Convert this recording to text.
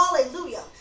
Hallelujah